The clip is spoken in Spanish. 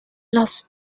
las